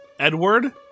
Edward